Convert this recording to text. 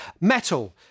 Metal